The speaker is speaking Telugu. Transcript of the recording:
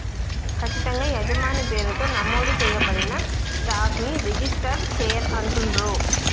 ఖచ్చితంగా యజమాని పేరుతో నమోదు చేయబడిన స్టాక్ ని రిజిస్టర్డ్ షేర్ అంటుండ్రు